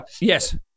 yes